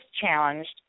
challenged